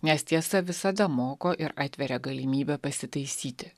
nes tiesa visada moko ir atveria galimybę pasitaisyti